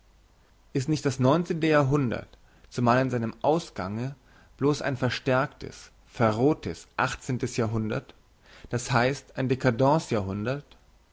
ist nicht das neunzehnte jahrhundert zumal in seinem ausgange bloss ein verstärktes verrohtes achtzehntes jahrhundert das heisst ein